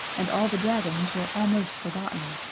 and all the dragons were almost forgotten.